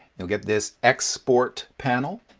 you'll get this export panel.